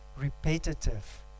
repetitive